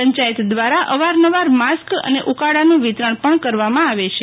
પંચાયત દ્વારા અવારનવાર માસ્ક અને ઉકાળાનું વીતરણ પણ કરવામાં આવે છે